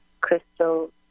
crystal